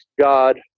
God